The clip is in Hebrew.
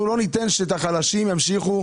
אנחנו לא ניתן שאת החלשים ימשיכו,